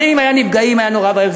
הרי אם היו נפגעים זה היה נורא ואיום.